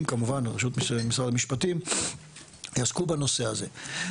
כמובן רשות משרד המשפטים עסקו בנושא הזה.